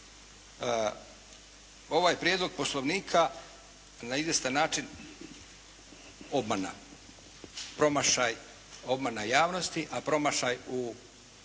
ovaj prijedlog Poslovnika na izvjestan način obmana, promašaj, obmana javnosti, a promašaj u